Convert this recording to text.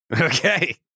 Okay